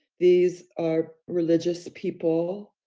these are religious people,